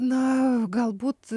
na galbūt